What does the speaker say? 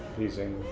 appeasing.